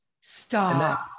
stop